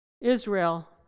Israel